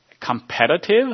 competitive